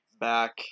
back